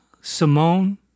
Simone